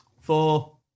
four